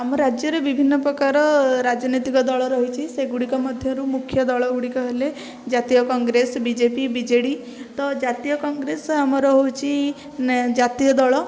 ଆମ ରାଜ୍ୟରେ ବିଭିନ୍ନ ପ୍ରକାର ରାଜନୈତିକ ଦଳ ରହିଛି ସେଗୁଡ଼ିକ ମଧ୍ୟରୁ ମୁଖ୍ୟ ଦଳଗୁଡ଼ିକ ହେଲେ ଜାତୀୟ କଂଗ୍ରେସ ବିଜେପି ବିଜେଡ଼ି ତ ଜାତୀୟ କଂଗ୍ରେସ ଆମର ହେଉଛି ଜାତୀୟ ଦଳ